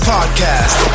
Podcast